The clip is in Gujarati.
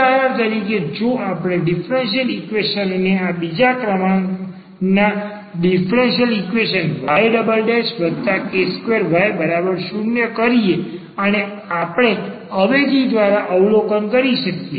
ઉદાહરણ તરીકે જો આપણે આ ડીફરન્સીયલ ઈક્વેશન ને બીજા ક્રમના ડીફરન્સીયલ ઈક્વેશન y k2y 0 કરીએ અને આપણે અવેજી દ્વારા અવલોકન કરી શકીએ